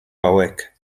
hauek